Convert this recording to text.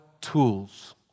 tools